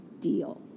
deal